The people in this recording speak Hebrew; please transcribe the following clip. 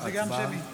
הצבעה שמית,